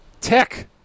Tech